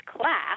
class